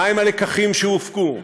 מהם הלקחים שהופקו,